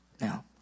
now